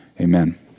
amen